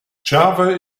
java